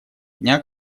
дня